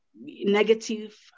negative